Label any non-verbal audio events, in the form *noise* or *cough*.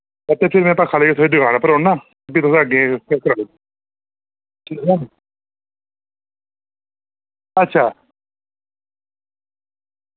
ते फ्ही मैं पक्खा लेइयै थुआढ़ी दुकान पर औना फ्ही तुस अग्गे शिफ्ट करेओ *unintelligible* अच्छा